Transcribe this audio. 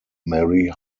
mary